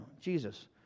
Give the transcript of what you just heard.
Jesus